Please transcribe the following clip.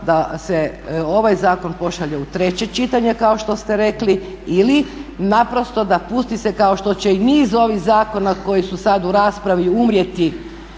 da se ovaj zakon pošalje u treće čitanje kao što ste rekli ili naprosto da se puti kao što će i niz ovih zakona koji su sada u raspravi umrijeti